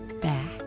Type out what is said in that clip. back